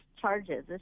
charges